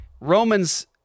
Romans